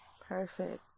Perfect